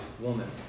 woman